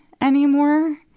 anymore